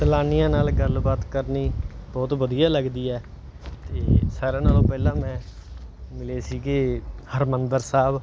ਸੈਲਾਨੀਆਂ ਨਾਲ ਗੱਲਬਾਤ ਕਰਨੀ ਬਹੁਤ ਵਧੀਆ ਲੱਗਦੀ ਹੈ ਅਤੇ ਸਾਰਿਆਂ ਨਾਲੋਂ ਪਹਿਲਾਂ ਮੈਂ ਮਿਲੇ ਸੀਗੇ ਹਰਿਮੰਦਰ ਸਾਹਿਬ